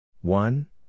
One